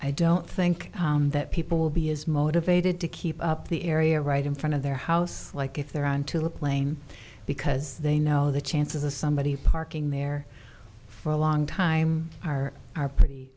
i don't think that people will be as motivated to keep up the area right in front of their house like if they're on to a plane because they know the chances of somebody's parking there for a long time are are pretty